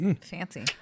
Fancy